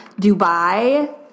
Dubai